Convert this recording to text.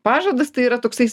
pažadas tai yra toksai